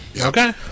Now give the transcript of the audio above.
okay